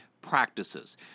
practices